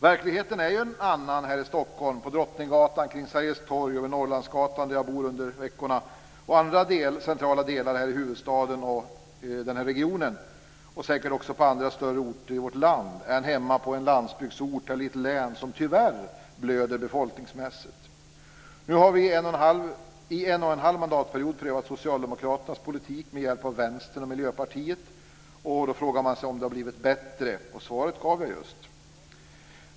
Verkligheten är alltså en annan här i Stockholm, på Drottninggatan, kring Sergels Torg och vid Norrlandsgatan där jag bor under veckorna och andra centrala platser här i huvudstaden och den här regionen och säkert på andra större orter i vårt land än hemma på en landsbygdsort eller i ett län som tyvärr blöder befolkningsmässigt. Nu har vi i en och en halv mandatperiod prövat socialdemokraternas politik med hjälp av Vänstern och Miljöpartiet. Då frågar man sig om det har blivit bättre. Svaret gav jag just.